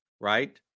right